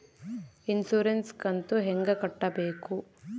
Insurance ಕಂತು ಹೆಂಗ ಕಟ್ಟಬೇಕು?